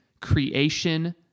creation